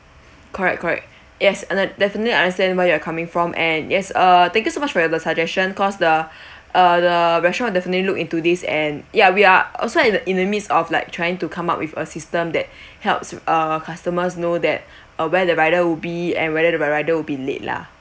correct correct yes definitely I understand where you are coming from and yes uh thank you so much for your suggestion cause the uh the restaurant will definitely look into this and ya we are also in the in the midst of like trying to come up with a system that helps uh customers know that uh where the rider would be and whether the rider will be late lah